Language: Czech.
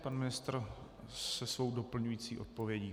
Pan ministr se svou doplňující odpovědí.